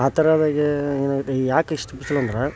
ಆ ಥರದಾಗೆ ಯಾಕೆ ಇಷ್ಟು ಬಿಸಿಲೆಂದ್ರೆ